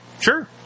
sure